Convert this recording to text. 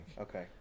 okay